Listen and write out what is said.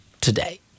today